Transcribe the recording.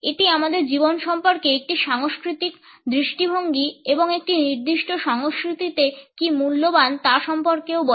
এটি আমাদের জীবন সম্পর্কে একটি সাংস্কৃতিক দৃষ্টিভঙ্গি এবং একটি নির্দিষ্ট সংস্কৃতিতে কী মূল্যবান তা সম্পর্কেও বলে